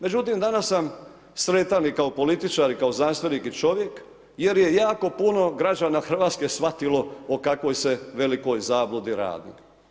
Međutim, danas sam sretan, i kao političar, i kao znanstvenik, i čovjek, jer je jako puno građana Hrvatske shvatilo o kakvoj se velikoj zabludi radi.